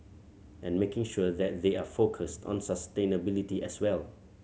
and making sure that they are focused on sustainability as well